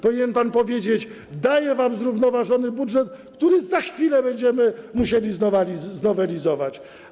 Powinien pan powiedzieć: daję wam zrównoważony budżet, który za chwilę będziemy musieli znowelizować.